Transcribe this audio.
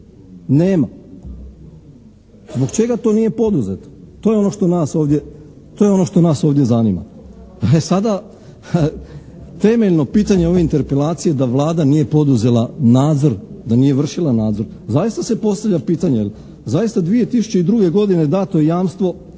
nema. Zbog čega to nije poduzeto? To je ono što nas ovdje zanima. Sada, temeljno pitanje ove interpelacije je da Vlada nije poduzela nadzor, da nije vršila nadzor. Zaista se postavlja pitanje jer zaista 2002. godine dato je jamstvo